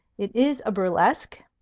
it is a burlesque.